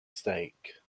stake